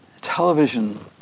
television